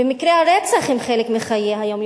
ומקרי הרצח הם חלק מהיום-יום,